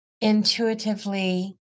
intuitively